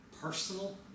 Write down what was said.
personal